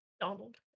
Donald